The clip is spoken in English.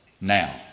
Now